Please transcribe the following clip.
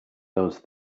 those